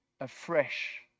afresh